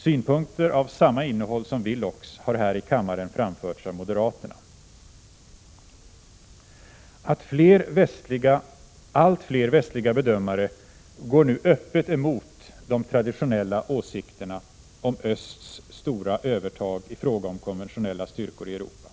Synpunkter av samma innehåll som Willochs har här i kammaren framförts av moderaterna. Allt fler västliga bedömare går nu öppet emot de traditionella åsikterna om östs stora övertag i fråga om konventionella styrkor i Europa.